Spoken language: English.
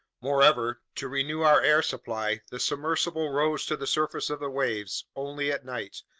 moreover, to renew our air supply, the submersible rose to the surface of the waves only at night,